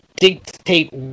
dictate